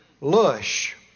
lush